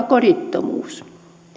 kodittomuus